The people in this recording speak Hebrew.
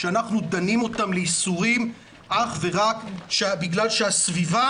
שאנחנו דנים אותם לייסורים אך ורק בגלל שהסביבה